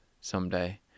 someday